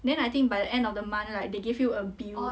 then I think by the end of the month like they give you a bill